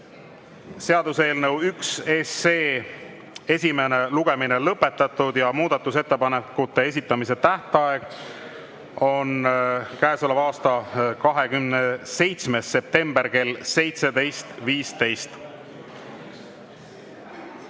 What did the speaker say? seaduseelnõu 1 esimene lugemine lõpetatud ja muudatusettepanekute esitamise tähtaeg on käesoleva aasta 27. september kell 17.15.